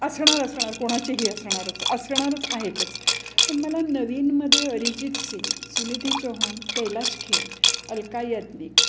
असणार असणार कोणाचेही असणारच असणारच आहेतच पण मला नवीनमध्ये अरिजित सिंग सुनिधी चोहान कैलाश खेर अल्का याज्ञिक